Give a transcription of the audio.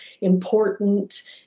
important